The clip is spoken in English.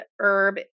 herb